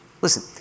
Listen